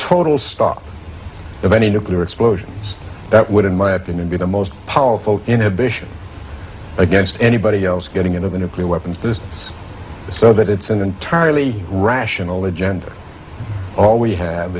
total stop of any nuclear explosion that would in my opinion be the most powerful inhibitions against anybody else getting into the nuclear weapons so that it's an entirely rational agenda all we have